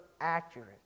accurate